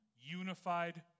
unified